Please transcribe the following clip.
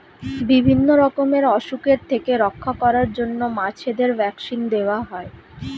বিভিন্ন রকমের অসুখের থেকে রক্ষা করার জন্য মাছেদের ভ্যাক্সিন দেওয়া হয়